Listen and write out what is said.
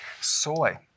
Soy